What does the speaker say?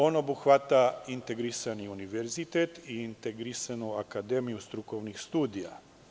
On obuhvata integrisani univerzitet i integrisanu akademiju strukovnih studija.